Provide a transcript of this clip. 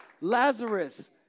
Lazarus